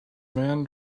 man